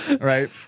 right